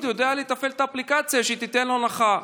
הוא יודע לתפעל את האפליקציה שתיתן לו הנחה.